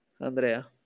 andrea